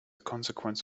consequence